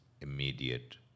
immediate